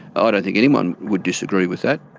ah don't think anyone would disagree with that.